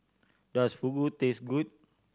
does Fugu taste good